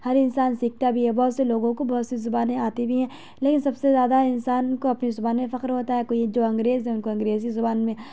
ہر انسان سیکھتا بھی ہے بہت سے لوگوں کو بہت سی زبانیں آتی بھی ہیں لیکن سب سے زیادہ انسان کو اپنی زبان میں فخر ہوتا ہے کوئی جو انگریز ان کو انگریزی زبان میں